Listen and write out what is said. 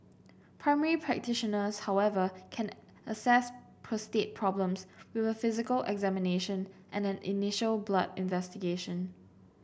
primary practitioners however can assess prostate problems with a physical examination and an initial blood investigation